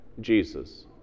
Jesus